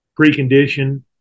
precondition